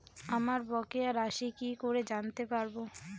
আমার বকেয়া রাশি কি করে জানতে পারবো?